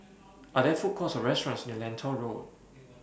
Are There Food Courts Or restaurants near Lentor Road